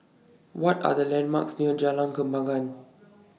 What Are The landmarks near Jalan Kembangan